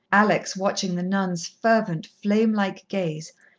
alex watching the nun's fervent, flame-like gaze,